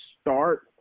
start